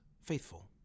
faithful